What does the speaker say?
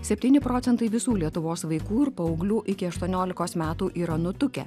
septyni procentai visų lietuvos vaikų ir paauglių iki aštuoniolikos metų yra nutukę